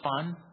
fun